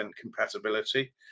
compatibility